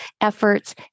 efforts